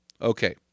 Okay